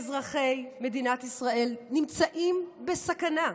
אזרחי מדינת ישראל נמצאים בסכנה.